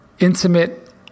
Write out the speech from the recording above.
intimate